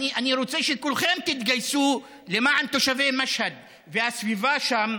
אני רוצה שכולכם תתגייסו למען תושבי משהד והסביבה שם,